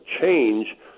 change